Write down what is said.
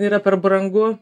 tai yra per brangu